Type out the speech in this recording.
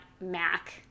mac